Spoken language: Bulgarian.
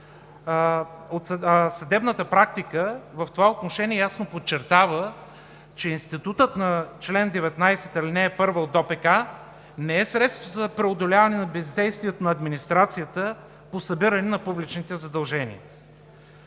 Съдебната практика в това отношение ясно подчертава, че статутът на чл. 19, ал. 1 от ДОПК не е средство за преодоляване на бездействието на администрацията по събиране на публичните задължения.